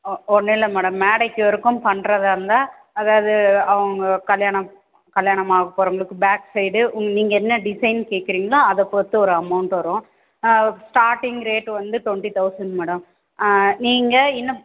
ஒ ஒன்றும் இல்லை மேடம் மேடைக்கு வரைக்கும் பண்ணுறதா இருந்தால் அதாவது அவங்க கல்யாணம் கல்யாணம் ஆகப் போகிறவங்களுக்கு பேக் சைடு உங் நீங்கள் என்ன டிசைன் கேட்குறீங்களோ அதை பொறுத்து ஒரு அமௌண்ட் வரும் ஸ்டார்ட்டிங் ரேட் வந்து ட்வெண்ட்டி தௌசண்ட் மேடம் ஆ நீங்கள் இன்னும்